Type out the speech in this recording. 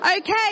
Okay